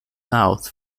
south